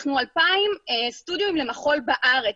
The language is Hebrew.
אנחנו 2,000 סטודיואים למחול בארץ.